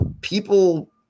people